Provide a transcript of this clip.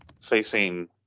facing